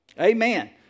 Amen